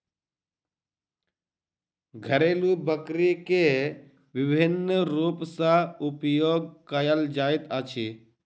घरेलु बकरी के विभिन्न रूप सॅ उपयोग कयल जाइत अछि